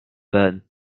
burned